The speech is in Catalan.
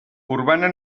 urbana